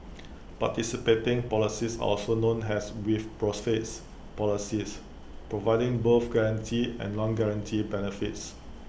participating policies are also known as 'with profits' policies providing both guaranteed and non guaranteed benefits